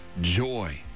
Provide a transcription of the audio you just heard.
joy